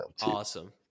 Awesome